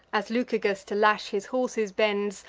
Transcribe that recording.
as lucagus, to lash his horses, bends,